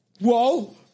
Whoa